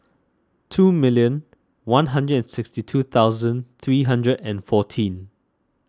two million one hundred and sixty two thousand three hundred and fourteen